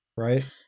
Right